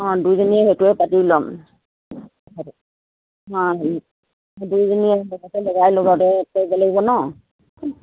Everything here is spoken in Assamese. অঁ দুইজনীয়ে সেইটোৱে পাতি ল'ম অঁ দুইজনীয়ে লগতে কৰিব লাগিব ন